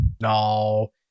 No